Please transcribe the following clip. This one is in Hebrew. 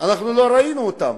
אנחנו לא ראינו אותם.